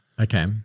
Okay